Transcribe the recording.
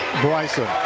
Bryson